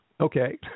Okay